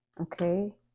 okay